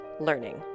learning